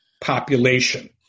population